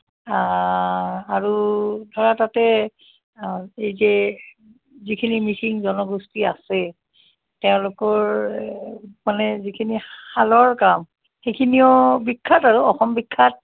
আৰু ধৰা তাতে এই যে যিখিনি মিচিং জনগোষ্ঠী আছে তেওঁলোকৰ মানে যিখিনি শালৰ কাম সেইখিনিও বিখ্য়াত আৰু অসম বিখ্য়াত